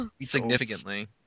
significantly